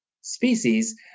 species